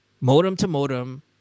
modem-to-modem